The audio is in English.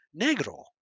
Negro